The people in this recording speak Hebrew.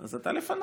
אז אתה לפניי.